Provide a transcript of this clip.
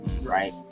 right